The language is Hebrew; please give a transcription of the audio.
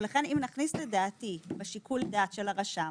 לכן אם נכניס לדעתי לשיקול הדעת של הרשם